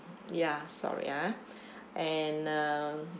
ya sorry ah and uh